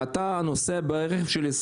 ואתה נוסע ברכב בן 20,